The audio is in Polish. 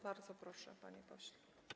Bardzo proszę, panie pośle.